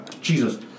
Jesus